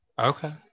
Okay